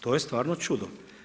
To je stvarno čudo.